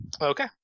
Okay